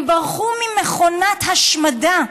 הם ברחו ממכונת השמדה,